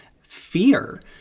fear